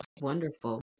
Wonderful